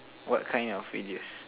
what kind of videos